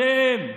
אתם,